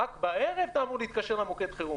רק בערב אתה אמור להתקשר למוקד חירום.